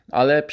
ale